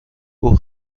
اون